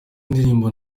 indirimbo